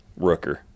Rooker